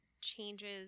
changes